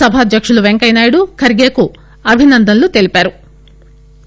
సభాధ్యకుడు వెంకయ్యనాయుడు ఖర్గేకు అభినందనలు తెలిపారు